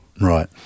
Right